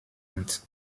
hunt